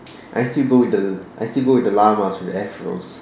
I still go with the I still go with the llamas with Afros